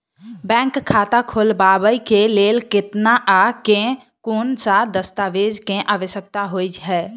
Bank खाता खोलबाबै केँ लेल केतना आ केँ कुन सा दस्तावेज केँ आवश्यकता होइ है?